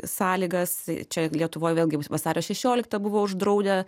sąlygas čia lietuvoj vėlgi vasario šešioliktą buvo uždraudę